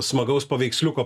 smagaus paveiksliuko